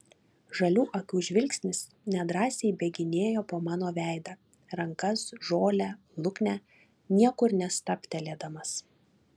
žalių akių žvilgsnis nedrąsiai bėginėjo po mano veidą rankas žolę luknę niekur nestabtelėdamas